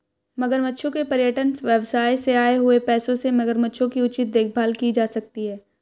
मगरमच्छों के पर्यटन व्यवसाय से आए हुए पैसों से मगरमच्छों की उचित देखभाल की जा सकती है